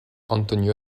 antonio